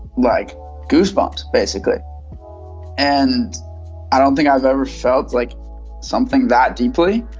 like goosebumps, basically and i don't think i've ever felt like something that deeply.